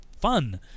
fun